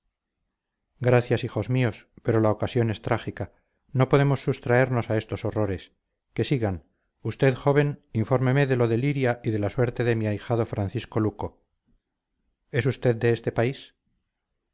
gracias hijos míos pero la ocasión es trágica no podemos sustraernos a estos horrores que sigan usted joven infórmeme de lo de liria y de la suerte de mi ahijado francisco luco es usted de